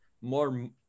more